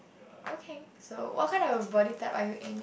okay so what kind of body type are you aiming